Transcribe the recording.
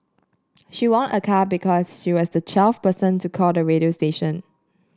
she won a car because she was the twelfth person to call the radio station